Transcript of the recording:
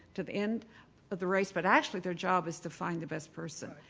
to the end of the race but actually their job is to find the best person.